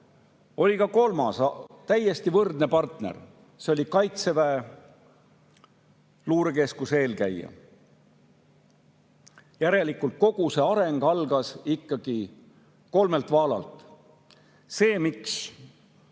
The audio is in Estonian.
oli ka kolmas, täiesti võrdne partner: see oli Kaitseväe Luurekeskuse eelkäija. Järelikult kogu see areng algas ikkagi kolmelt vaalalt. Miks